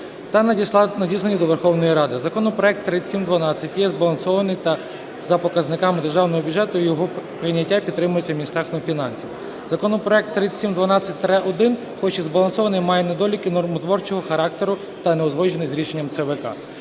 та надіслані до Верховної Ради. Законопроект 3712 є збалансований та, за показниками державного бюджету, його прийняття підтримується Міністерством фінансів. Законопроект 3712-1, хоч і збалансований, має недоліки нормотворчого характеру та не узгоджений з рішенням ЦВК.